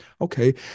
okay